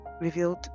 revealed